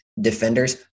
defenders